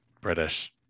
British